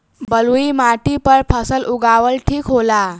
बलुई माटी पर फसल उगावल ठीक होला?